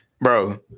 bro